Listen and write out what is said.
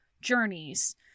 journeys